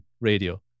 radio